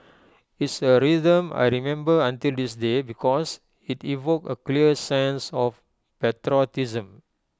it's A rhythm I remember until this day because IT evoked A clear sense of patriotism